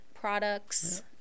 products